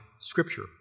Scripture